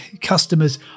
customers